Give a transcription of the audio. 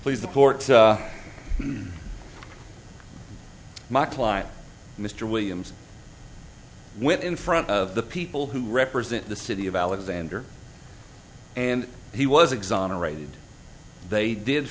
please the court my client mr williams with in front of the people who represent the city of alexander and he was exonerated they did